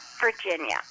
Virginia